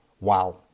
wow